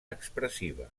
expressiva